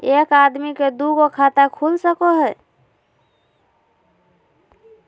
एक आदमी के दू गो खाता खुल सको है?